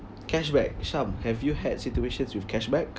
cashback sham have you had situations with cashback